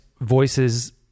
voices